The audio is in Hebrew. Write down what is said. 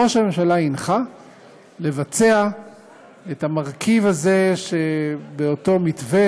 ראש הממשלה הנחה לבצע את המרכיב הזה באותו מתווה,